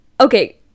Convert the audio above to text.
okay